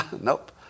Nope